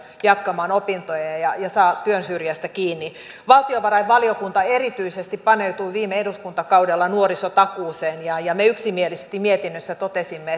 jatkamaan opintoja ja ja saa työn syrjästä kiinni valtiovarainvaliokunta erityisesti paneutui viime eduskuntakaudella nuorisotakuuseen ja ja me yksimielisesti mietinnössä totesimme